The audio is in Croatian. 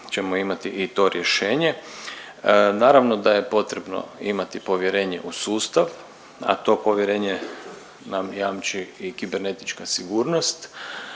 ćemo imati i to rješenje. Naravno da je potrebno imati povjerenje u sustav, a to povjerenje nam jamči i kibernetička sigurnost.